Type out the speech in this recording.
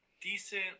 decent